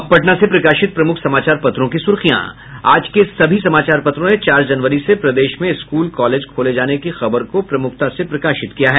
अब पटना से प्रकाशित प्रमुख समाचार पत्रों की सुर्खियां आज के सभी समाचार पत्रों ने चार जनवरी से प्रदेश में स्कूल कॉलेज खोले जाने की खबर को प्रमुखता से प्रकाशित किया है